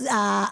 בבקשה.